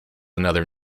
another